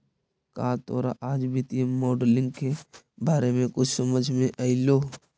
का तोरा आज वित्तीय मॉडलिंग के बारे में कुछ समझ मे अयलो?